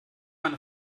eine